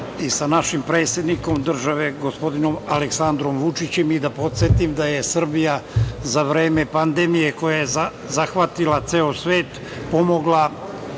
i sa našim predsednikom države gospodinom Aleksandrom Vučićem i da podsetim da je Srbija za vreme pandemije koja je zahvatila ceo svet pomogla